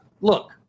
look